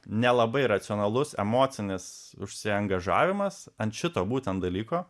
nelabai racionalus emocinis užsiangažavimas ant šito būtent dalyko